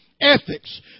ethics